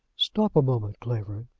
stop a moment, clavering,